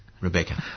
Rebecca